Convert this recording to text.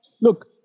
Look